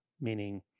meaning